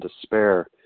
despair